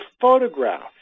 photograph